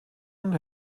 und